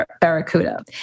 Barracuda